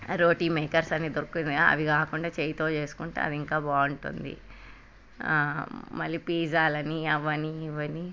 రోటి మేకర్స్ అని దొరుకుతున్నాయి అవి కాకుండా చేయితో చేసుకుంటే అవి ఇంకా బావుటుంది మళ్ళీ పిజ్జాలన్నీ అవని ఇవని